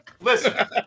Listen